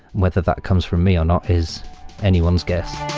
whether that comes from me or not is anyone's guess.